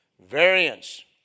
variance